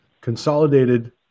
Consolidated